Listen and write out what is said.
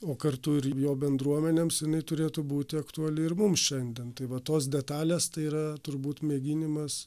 o kartu ir jo bendruomenėms jinai turėtų būti aktuali ir mum šiandien tai va tos detalės tai yra turbūt mėginimas